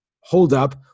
holdup